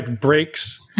breaks